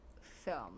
film